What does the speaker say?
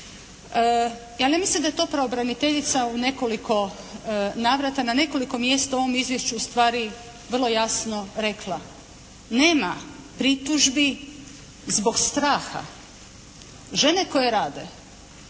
Ja ne mislim da je to pravobraniteljica u nekoliko navrata na nekoliko mjesta u ovom izvješću ustvari vrlo jasno rekla. Nema pritužbi zbog straha. Žene koje rade